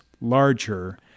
larger